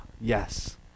yes